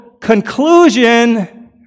conclusion